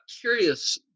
Curious